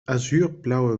azuurblauwe